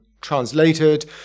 translated